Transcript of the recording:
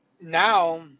now